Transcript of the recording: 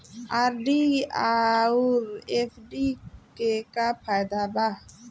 RD आउर FD के का फायदा बा?